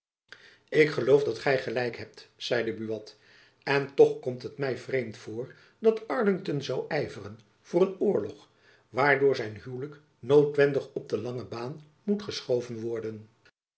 ik geloof dat gy gelijk hebt zeide buat en toch komt het my vreemd voor dat arlington zoû yveren voor een oorlog waardoor zijn huwlijk noodwendig op de lange baan moet geschoven worden